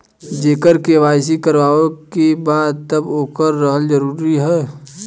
जेकर के.वाइ.सी करवाएं के बा तब ओकर रहल जरूरी हे?